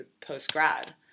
post-grad